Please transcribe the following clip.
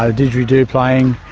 ah didgeridoo playing,